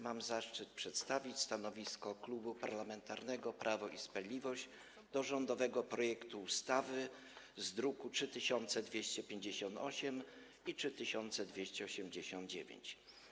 Mam zaszczyt przedstawić stanowisko Klubu Parlamentarnego Prawo i Sprawiedliwość wobec rządowego projektu ustawy z druków nr 3258 i 3289.